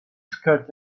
skirt